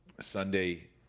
Sunday